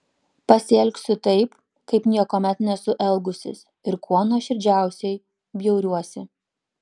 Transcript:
pasielgsiu taip kaip niekuomet nesu elgusis ir kuo nuoširdžiausiai bjauriuosi